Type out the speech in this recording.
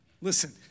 Listen